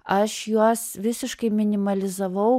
aš juos visiškai minimalizavau